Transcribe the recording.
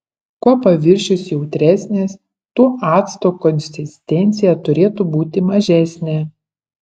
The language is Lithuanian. kuo paviršius jautresnis tuo acto konsistencija turėtų būti mažesnė